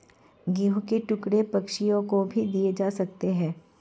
गेहूं के टुकड़े पक्षियों को भी दिए जा सकते हैं